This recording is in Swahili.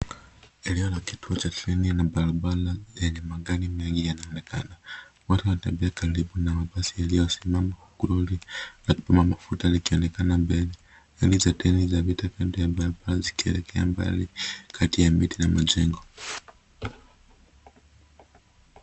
Eneo la kituo cha train na barabara lenye magari mengi yanaonekana. Watu wanatembea karibu na mabasi yaliyosimama huku lori la kupima mafuta likionekana mbele. Reli za traini zinapita kando ya barabara zikielekea mbali kati ya miti na majengo.